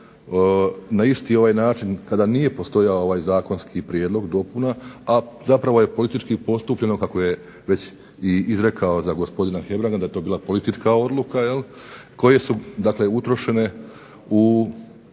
na isti ovaj način kada nije postojao ovaj zakonski prijedlog dopuna, a zapravo je politički postupljeno kako je već i izrekao za gospodina Hebranga da je to bila politička odluka koje su, dakle utrošene u